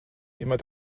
immer